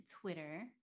Twitter